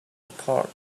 apart